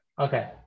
Okay